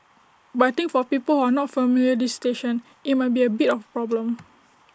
but I think for people who are not familiar this station IT might be A bit of A problem